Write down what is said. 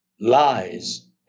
lies